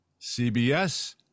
CBS